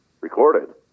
recorded